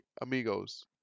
amigos